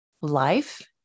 life